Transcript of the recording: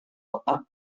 tepat